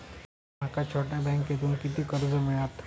माका छोट्या बँकेतून किती कर्ज मिळात?